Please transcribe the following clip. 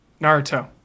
Naruto